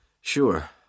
Sure